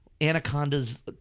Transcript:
anacondas